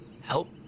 help